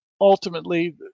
ultimately